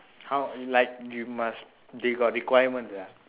how like you must they got requirements ah